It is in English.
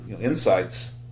insights